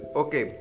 okay